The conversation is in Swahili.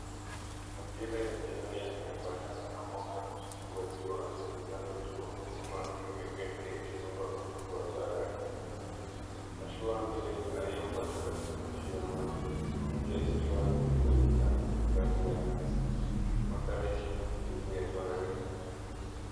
Majira ya jioni yameambatana na mwanga hafifu wa jua linalotua huku mawimbi mepesi yakigonga ufukwe wa bahari. Mashua mbili zinayumba taratibu juu ya maji moja ikiwa na kivuli cha mtuil ndani yake. Mandhari hii ni tulivu ya baharini.